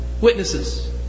Witnesses